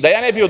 Da ne bi